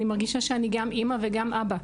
אני מרגישה שאני גם אמא וגם אבא.